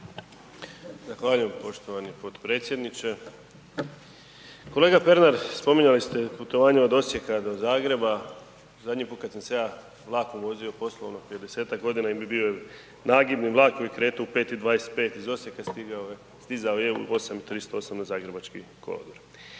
Zahvaljujem poštovani potpredsjedniče. Kolega Pernar, spominjali ste putovanje od Osijeka do Zagreba, zadnji put kad sam se ja vlakom vozio poslovno prije 10-tak godina, em bi bio nagibni vlak koji je kreto u 5,25 iz Osijek, stigao je, stizao je u 8,38 na zagrebački kolodvor.